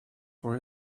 for